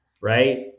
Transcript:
right